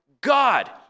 God